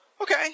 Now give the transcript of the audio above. Okay